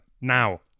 now